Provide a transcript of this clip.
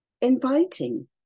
inviting